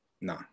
No